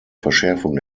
verschärfung